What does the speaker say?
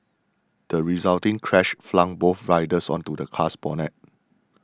the resulting crash flung both riders onto the car's bonnet